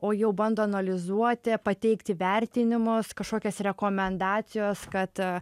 o jau bando analizuoti pateikti vertinimus kažkokias rekomendacijos kad